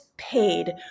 paid